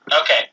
Okay